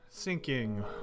Sinking